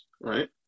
right